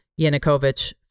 Yanukovych